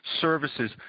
services